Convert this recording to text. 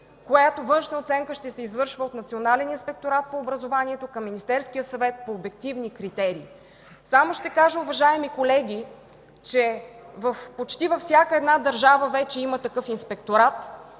която външна оценка ще се извършва от Национален инспекторат по образованието към Министерския съвет по обективни критерии. Уважаеми колеги, само ще кажа, че почти във всяка една държава вече има такъв инспекторат.